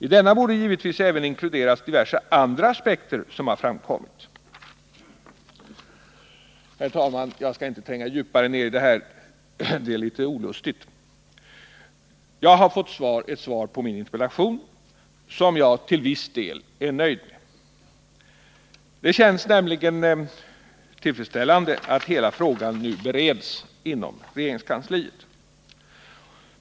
I denna borde givetvis även inkluderas diverse andra aspekter som har framkommit.” Herr talman! Jag skall inte tränga djupare ner i det här — det är litet olustigt. Jag har fått ett svar på min interpellation som jag till viss del är nöjd med. Det känns nämligen tillfredsställande att hela frågan nu bereds inom regeringskansliet.